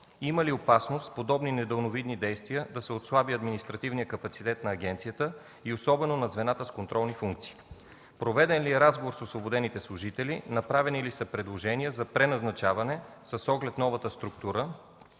Има ли опасност с подобни недалновидни действия да се отслаби административният капацитет на агенцията, особено на звената с контролни функции? Проведен ли е разговор с освободените служители? Направени ли са предложения за преназначаване с оглед новата структура